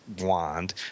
wand